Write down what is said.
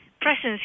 presence